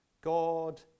God